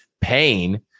pain